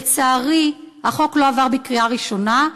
לצערי, החוק לא עבר בקריאה ראשונה.